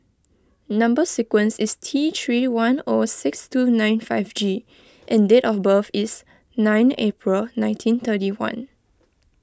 Number Sequence is T three one O six two nine five G and date of birth is nine April nineteen thirty one